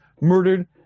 murdered